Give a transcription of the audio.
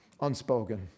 Unspoken